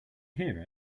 hear